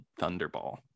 thunderball